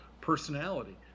personality